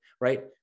right